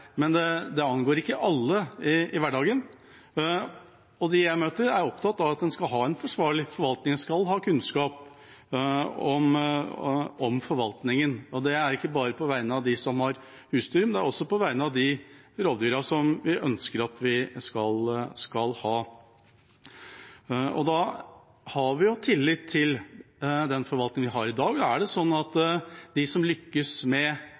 angår ikke alle i hverdagen, og de jeg møter, er opptatt av at vi skal ha en forsvarlig forvaltning, at vi skal ha kunnskap om forvaltningen, og det er ikke bare på vegne av dem som har husdyr, men også på vegne av de rovdyra vi ønsker å ha. Vi har tillit til den forvaltningen vi har i dag. At man lykkes med å felle rovdyr i dag – i fjor ble det felt rekordmange ulv, f.eks. – skyldes ikke i så stor grad de